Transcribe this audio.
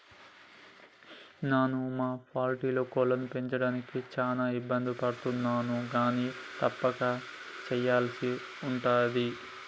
నాను మా పౌల్ట్రీలో కోళ్లను పెంచడానికి చాన ఇబ్బందులు పడుతున్నాను కానీ తప్పక సెయ్యల్సి ఉంటది